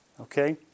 okay